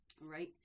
right